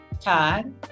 todd